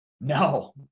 No